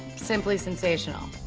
simply sensational.